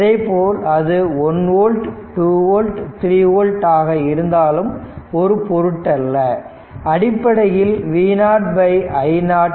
அதைப்போல் அது 1 volt 2 volt 3 volt ஆக இருந்தாலும் ஒரு பொருட்டல்ல அடிப்படையில் V0 i0